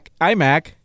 iMac